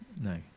no